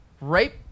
right